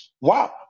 Wow